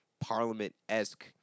Parliament-esque